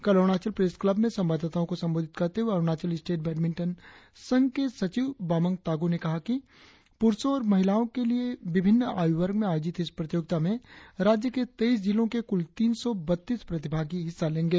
कल Arunachal press club में संवाददाताओं को संबोधित करते हुए अरुणाचल स्टेट बैडमिंटन संघ के सचिव बामंग तागो ने बताया कि पुरुषों और महिलाओं के लिए विभिन्न आयु वर्ग में आयोजित इस प्रतियोगिता में राज्य के तेइस जिलों के कुल तीन सौ बत्तीस प्रतिभागी हिस्सा लेंगे